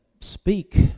speak